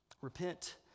repent